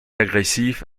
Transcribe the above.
agressif